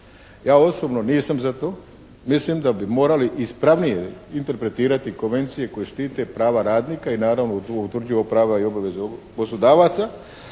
Ja osobno nisam za to, mislim da bi morali ispravnije interpretirati konvencije koje štite prava radnika i naravno utvrđuju prava i obaveze poslodavaca